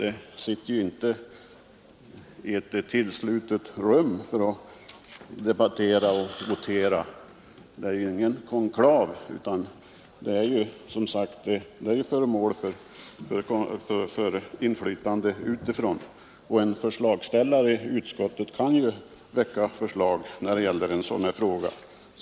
Det sitter inte i ett slutet rum och debatterar och voterar. Ett utskott är ingen konklav utan är föremål för inflytande utifrån. En ledamot av ett utskott kan väcka förslag i sådana här frågor.